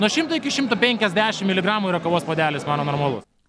nuo šimto iki šimto penkiasdešimt miligramų yra kavos puodelis mano normalus